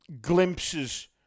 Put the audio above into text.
glimpses